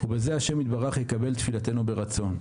כשבזה השם יתברך יקבל תפילתנו ברצון.